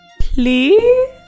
Please